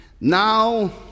Now